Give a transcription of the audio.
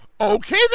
okay